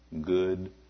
good